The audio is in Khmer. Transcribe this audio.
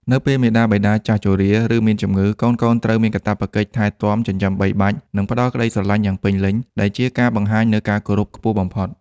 នៅពេលមាតាបិតាចាស់ជរា ឬមានជម្ងឺ កូនៗត្រូវមានកាតព្វកិច្ចថែទាំ ចិញ្ចឹមបីបាច់ និងផ្ដល់ក្ដីស្រឡាញ់យ៉ាងពេញលេញ ដែលជាការបង្ហាញនូវការគោរពខ្ពស់បំផុត។